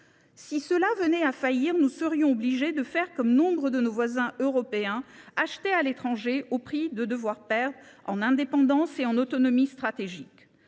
Si cela venait à faillir, nous serions obligés de faire comme nombre de nos voisins européens : acheter à l’étranger, au prix d’une perte d’indépendance et d’autonomie stratégique.